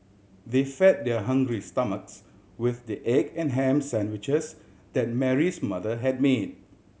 they fed their hungry stomachs with the egg and ham sandwiches that Mary's mother had made